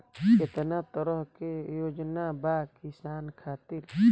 केतना तरह के योजना बा किसान खातिर?